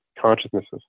consciousnesses